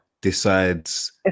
decides